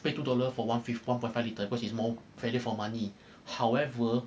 two dollar for one fifth one point five litre because it's more value for money however